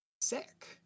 sick